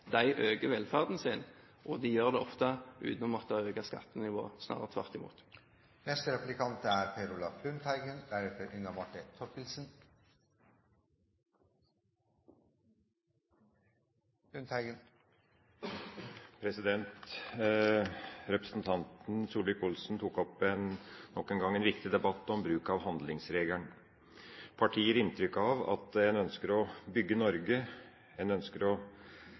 øker velferden sin. De gjør det ofte uten å måtte øke skattenivået, snarere tvert imot. Representanten Solvik-Olsen tok nok en gang opp en viktig debatt om bruk av handlingsregelen. Partiet gir inntrykk av at en ønsker å bygge Norge. En ønsker å